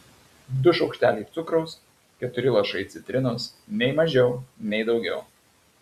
du šaukšteliai cukraus keturi lašai citrinos nei mažiau nei daugiau